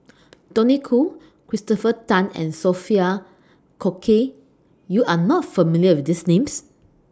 Tony Khoo Christopher Tan and Sophia Cooke YOU Are not familiar with These Names